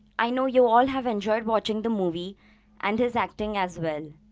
i know you all have enjoyed watching the movie and his acting as well.